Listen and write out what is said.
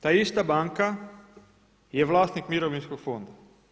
Ta ista banka je vlasnik mirovinskog fonda.